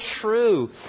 true